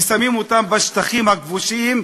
ושמים אותם בשטחים הכבושים,